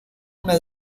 una